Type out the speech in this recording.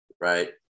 right